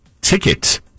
Ticket